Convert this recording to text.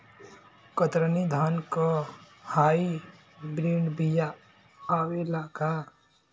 कतरनी धान क hybrid बिया आवेला का?